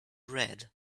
red